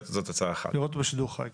לראות בשידור חי.